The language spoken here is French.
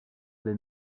lès